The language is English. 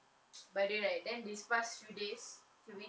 by the way right then this past few days two weeks